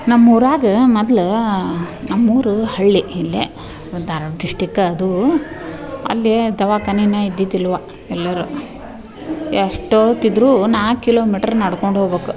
ನಮ್ಮೂರಾಗೆ ಮೊದ್ಲ ನಮ್ಮೂರು ಹಳ್ಳಿ ಇಲ್ಲೇ ಒಂದು ಧಾರ್ವಾಡ ಡಿಸ್ಟಿಕ್ಕ ಅದು ಅಲ್ಲಿ ದವಾಖಾನೆನೆ ಇದ್ದಿದಿಲ್ಲವ್ವ ಎಲ್ಲರು ಎಷ್ಟೋತಿದ್ರು ನಾಲ್ಕು ಕಿಲೋಮೀಟ್ರ್ ನಡ್ಕೊಂಡು ಹೋಗ್ಬಕ